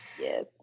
Yes